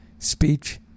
speech